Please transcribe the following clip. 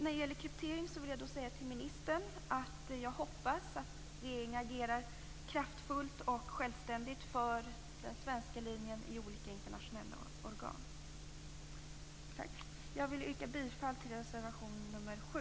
När det gäller kryptering vill jag säga till ministern att jag hoppas att regeringen reagerar kraftfullt och självständigt för den svenska linjen i olika internationella organ. Jag vill yrka bifall till reservation nr 7.